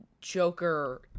Joker